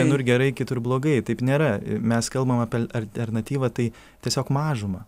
vienur gerai kitur blogai taip nėra mes kalbam apie alternatyvą tai tiesiog mažumą